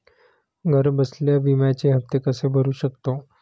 घरबसल्या विम्याचे हफ्ते कसे भरू शकतो?